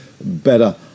better